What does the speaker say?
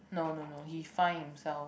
no no no he find himself